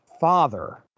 father